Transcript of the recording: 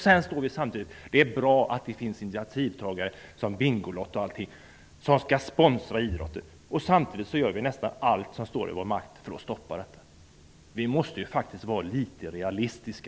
Vi säger att det är bra att det finns initiativtagare som Bingolotto som sponsrar idrotten samtidigt som vi gör allt som står i vår makt för att stoppa detta. Vi måste vara realistiska.